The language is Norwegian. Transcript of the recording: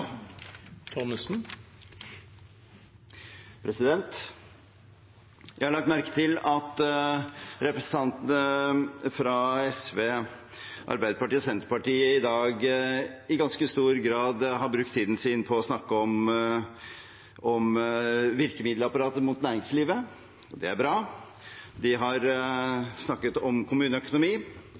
Jeg har lagt merke til at representanter fra SV, Arbeiderpartiet og Senterpartiet i dag i ganske stor grad har brukt tiden sin på å snakke om virkemiddelapparatet mot næringslivet, og det er bra. De har snakket om kommuneøkonomi